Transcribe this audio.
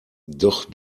doch